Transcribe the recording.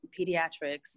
pediatrics